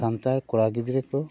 ᱥᱟᱱᱛᱟᱲ ᱠᱚᱲᱟ ᱜᱤᱫᱽᱨᱟᱹ ᱠᱚ